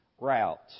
route